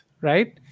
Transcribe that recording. right